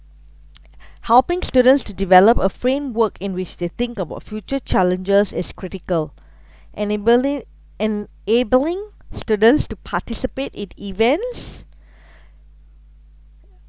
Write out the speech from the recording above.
helping students to develop a framework in which they think about future challenges is critical enabli~ enabling students to participate in events